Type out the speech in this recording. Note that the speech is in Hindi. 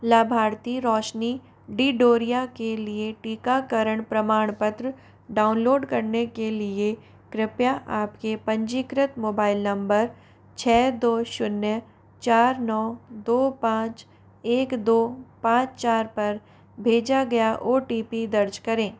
लाभार्थी रौशनी ढिंढोरिया के लिए टीकाकरण प्रमाणपत्र डाउनलोड करने के लिए कृपया आपके पंजीकृत मोबाइल नंबर छे दो शून्य चार नौ दो पाँच एक दो पाँच चार पर भेजा गया ओ टी पी दर्ज करें